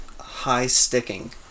high-sticking